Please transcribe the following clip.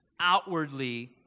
outwardly